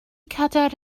cadair